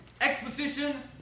exposition